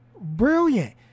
Brilliant